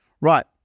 Right